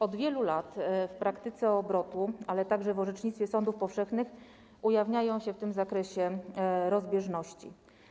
Od wielu lat w praktyce obrotu, ale także w orzecznictwie sądów powszechnych ujawniają się w tym zakresie rozbieżności.